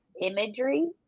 imagery